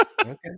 Okay